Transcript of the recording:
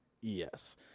Yes